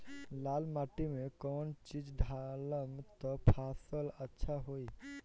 लाल माटी मे कौन चिज ढालाम त फासल अच्छा होई?